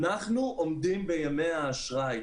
הם עומדים בימי האשראי.